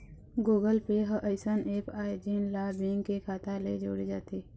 Google Pay ह अइसन app आय जेन ला बेंक के खाता ले जोड़े जाथे